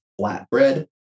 flatbread